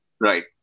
Right